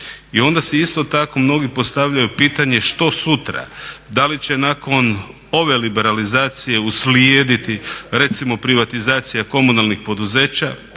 I onda si isto tako mnogi postavljaju pitanje što sutra? Da li će nakon ove liberalizacije uslijediti recimo privatizacija komunalnih poduzeća?